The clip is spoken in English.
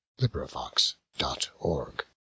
LibriVox.org